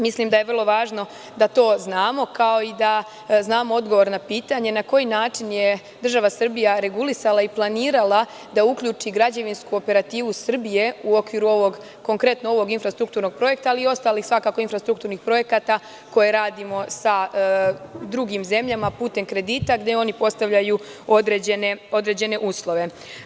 Mislim, da je vrlo važno da to znamo kao i da znamo odgovor na pitanje – na koji način je država Srbija regulisala i planirala da uključi građevinsku operativu Srbije u okviru konkretno ovog infrastrukturnog projekta, ali i ostalih svakako infrastrukturnih projekata koje radimo sa drugim zemljama putem kredita, gde oni postavljaju određene uslove?